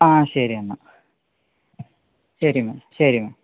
ആ ശരിയെന്ന ശരി മാം ശരി മാം